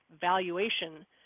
valuation